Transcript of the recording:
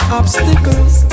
obstacles